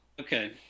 Okay